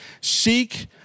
Seek